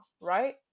right